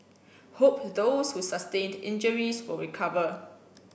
hope those who sustained injuries will recover